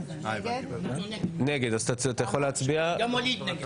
גם ואליד נגד.